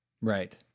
Right